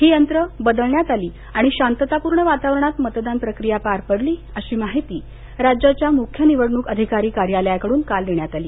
ही यंत्र बदलण्यात आली आणि शांततापूर्ण वातावरणात मतदान प्रक्रिया पार पडली अशी माहिती राज्याच्या मुख्य निवडणूक अधिकारी कार्यालयाकडून काल देण्यात आली